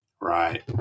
Right